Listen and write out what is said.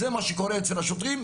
זה מה שקורה אצל השוטרים.